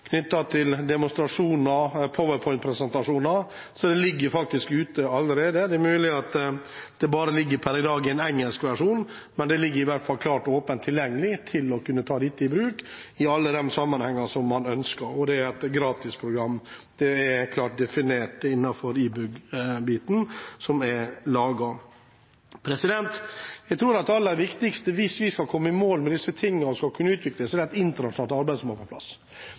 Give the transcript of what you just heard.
allerede. Det er mulig det per i dag bare ligger en engelsk versjon der, men det ligger i hvert fall åpent tilgjengelig til å kunne tas i bruk i alle de sammenhenger man ønsker. Og det er som sagt et gratisprogram, det er klart definert innenfor e-Bug-biten som er laget. Jeg tror det aller viktigste hvis vi skal komme i mål med disse tingene, er å få et internasjonalt arbeid på plass. Nasjonalt i Norge gjøres det viktig arbeid på